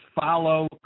follow